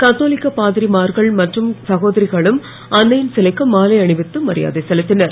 கத்தோலிக்க பாதிரிமார்கள் மற்றும் சகோதரிகளும் அன்னையின் சிலைக்கு மாலை அணிவித்து மரியாதை செலுத்தினர்